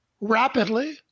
rapidly